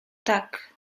tak